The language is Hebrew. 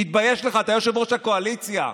תתבייש לך, אתה יושב-ראש הקואליציה.